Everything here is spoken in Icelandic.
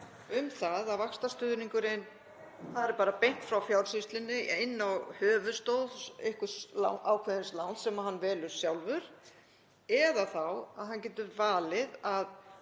um það að vaxtastuðningurinn fari bara beint frá Fjársýslunni inn á höfuðstól einhvers ákveðins láns sem hann velur sjálfur eða þá að hann getur valið að